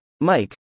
Mike